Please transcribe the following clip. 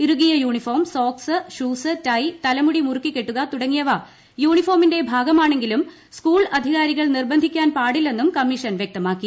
ഇറുകിയ uniform socks shoes tie തലമുടി മുറുക്കി കെട്ടുക തുടങ്ങിയവ യൂണിഫോമിന്റെ ഭാഗമാണെങ്കിലും സ്കൂൾ അധികാരികൾ നിർബന്ധിക്കാൻ പാടില്ലെന്ന് കമ്മീഷൻ വ്യക്തമാക്കി